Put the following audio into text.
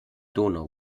donau